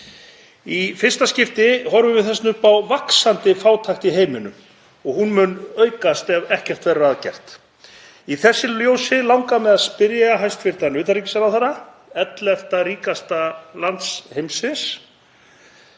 Í fyrsta skipti horfum við því upp á vaxandi fátækt í heiminum og hún mun aukast ef ekkert verður að gert. Í því ljósi langar mig að spyrja hæstv. utanríkisráðherra ellefta ríkasta lands heimsins